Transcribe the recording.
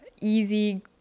easy